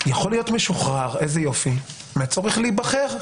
יכול להיות משוחרר, איזה יופי, מהצורך להיבחר.